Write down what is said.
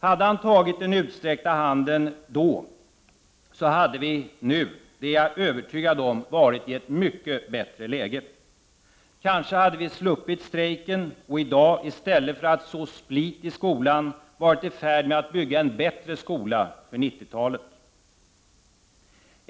Hade han tagit den utsträckta handen hade vi, det är jag övertygad om, varit i ett bättre läge i dag. Kanske hade vi sluppit strejken och i dag, i stället för att så split i skolan, varit i färd med att bygga en bättre skola för 90-talet.